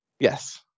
Yes